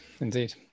Indeed